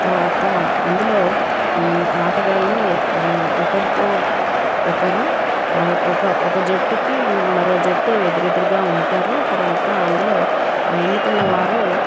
తర్వాత అందులో ఆటగాళ్ళు ఒకరితో ఒకరు ఒక ఒక జట్టుకి మరో జట్టు ఎదురెదురుగా ఉంటారు తర్వాత అందులో ఎన్నుకున్న వారు